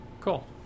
Cool